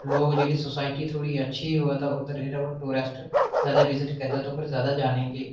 लोग जेह्ड़ी सोसाइटी थोह्ड़ी ऐ अच्छी होऐ तां उद्धर जेह्ड़े टूरेस्ट ज्यादा विजिट करदा उद्धर ज्यादा जाने गी